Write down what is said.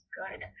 good